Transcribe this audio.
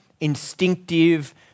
instinctive